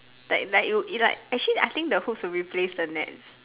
like like you is like actually I think the hoops should replace the net